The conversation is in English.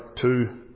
two